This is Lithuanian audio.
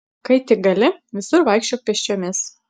kai tik gali visur vaikščiok pėsčiomis